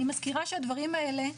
אני מזכירה שהדברים האלה,